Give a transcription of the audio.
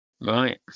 Right